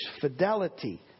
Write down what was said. fidelity